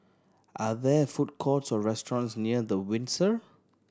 are there food courts or restaurants near The Windsor